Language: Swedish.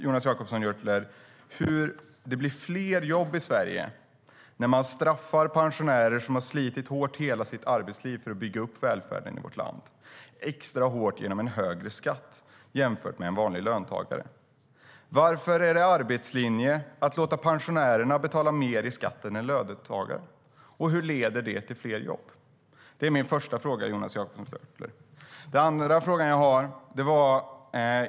Hur blir det fler jobb i Sverige när pensionärer som har slitit hårt hela sitt arbetsliv för att bygga upp välfärden i vårt land straffas extra hårt genom en högre skatt jämfört med en vanlig löntagare? Varför är det i enlighet med arbetslinjen att låta pensionärerna betala mer i skatt än en löntagare, och hur leder det till fler jobb? Det är min första fråga till Jonas Jacobsson Gjörtler.